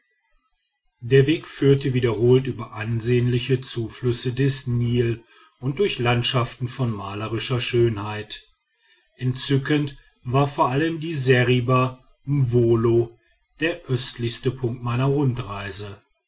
der weg führte wiederholt über ansehnliche zuflüsse des nil und durch landschaften von malerischer schönheit entzückend war vor allem die seriba mwolo der östlichste punkt meiner rundreise